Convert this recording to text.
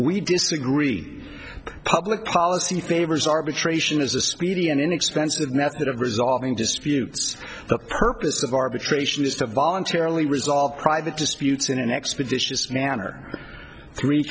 we disagree public policy favors arbitration as a speedy and inexpensive method of resolving disputes the purpose of arbitration is to voluntarily resolve private disputes in an expeditious manner three